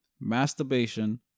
masturbation